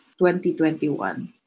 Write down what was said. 2021